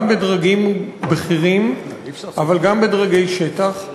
גם בדרגים בכירים אבל גם בדרגי שטח,